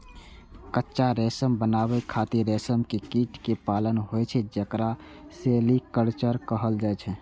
कच्चा रेशम बनाबै खातिर रेशम के कीट कें पालन होइ छै, जेकरा सेरीकल्चर कहल जाइ छै